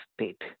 state